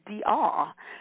DR